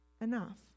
enough